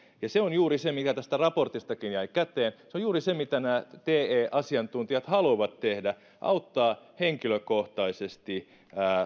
ja se on juuri se mikä tästä raportistakin jäi käteen se on juuri se mitä nämä te asiantuntijat haluavat tehdä auttaa henkilökohtaisesti